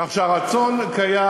כך שהרצון קיים,